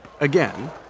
again